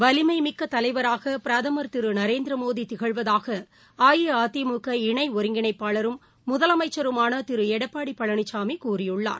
வலிமை மிக்க தலைவராக பிரதமர் திரு நரேந்திர மோடி திகழ்வதாக அஇஅதிமுக இணை ஒருங்கிணப்பாளரும் முதலமைச்சருமான திரு எடப்பாடி பழனிசாமி கூறியுள்ளார்